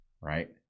right